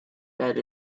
that